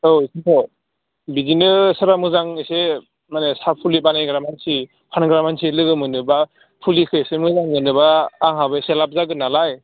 औ बेखौन्थ' बिदिनो सोरबा मोजां एसे माने साहा फुलि बानायग्रा मानसि फानग्रा मानसि लोगो मोनोब्ला फुलिखो एसे मोजां मोनोब्ला आंहाबो एसे लाब जागोननालाय